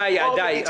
די, די.